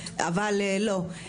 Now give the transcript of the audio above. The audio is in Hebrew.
אבל לא.